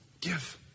Give